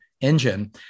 engine